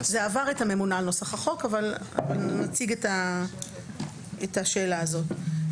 זה עבר את הממונה על נוסח החוק אבל נציג את השאלה הזאת.